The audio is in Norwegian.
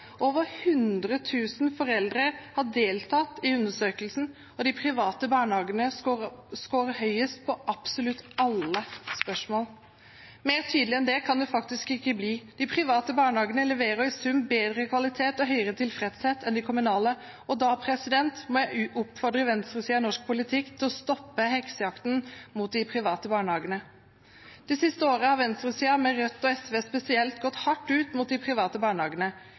Over 100 000 foreldre har deltatt i undersøkelsen, og de private barnehagene scorer høyest på absolutt alle spørsmålene. Mer tydelig enn det kan det faktisk ikke bli. De private barnehagene leverer i sum bedre kvalitet og høyere tilfredshet enn de kommunale. Da vil jeg oppfordre venstresiden i norsk politikk til å stoppe heksejakten på de private barnehagene. Det siste året har venstresiden, Rødt og SV spesielt, gått hardt ut mot de private barnehagene.